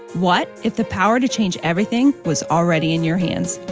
what if the power to change everything was already in your hands.